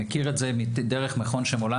אני מכיר את זה היטב דרך מכון שם עולם